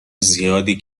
زیادی